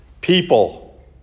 people